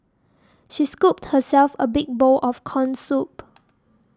she scooped herself a big bowl of Corn Soup